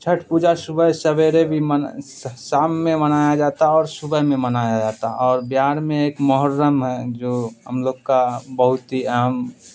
چھٹ پوجا صبح سویرے بھی شام میں منایا جاتا اور صبح میں منایا جاتا اور بہار میں ایک محرم ہے جو ہم لوگ کا بہت ہی اہم